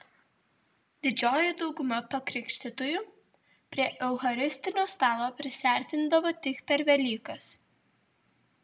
didžioji dauguma pakrikštytųjų prie eucharistinio stalo prisiartindavo tik per velykas